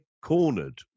cornered